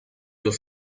los